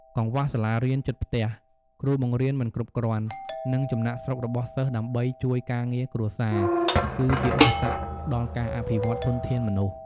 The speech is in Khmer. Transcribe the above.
កង្វះសាលារៀនជិតផ្ទះ គ្រូបង្រៀនមិនគ្រប់គ្រាន់ និងចំណាកស្រុករបស់សិស្សដើម្បីជួយការងារគ្រួសារ គឺជាឧបសគ្គដល់ការអភិវឌ្ឍន៍ធនធានមនុស្ស។